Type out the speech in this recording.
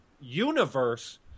universe